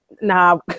Nah